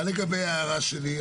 מה לגבי ההערה שלי?